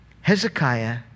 Hezekiah